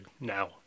now